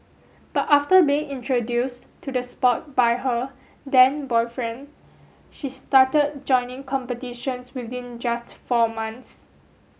but after being introduced to the sport by her then boyfriend she started joining competitions within just four months